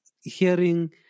hearing